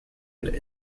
and